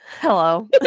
Hello